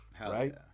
right